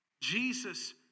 Jesus